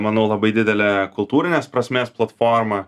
manau labai didelė kultūrinės prasmės platforma